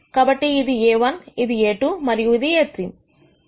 కాబట్టి ఇది A1 ఇది A2 మరియు ఇది A3